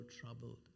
troubled